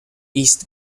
east